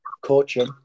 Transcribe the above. coaching